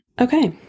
Okay